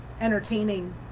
entertaining